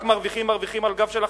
רק מרוויחים ומרוויחים על הגב של החלשים.